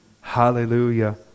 Hallelujah